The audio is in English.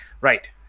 right